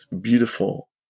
beautiful